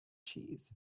cheese